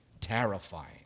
terrifying